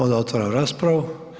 Onda otvaram raspravu.